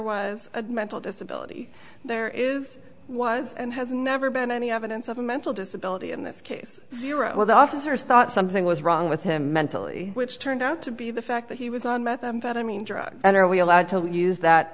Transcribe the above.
was a mental disability there is was and has never been any evidence of a mental disability in this case here all the officers thought something was wrong with him mentally which turned out to be the fact that he was on methamphetamine drugs and are we allowed to use that